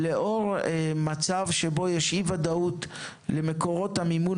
ולאור מצב שבו יש אי ודאות למקורות המימון